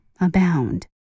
abound